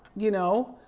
you know,